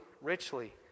richly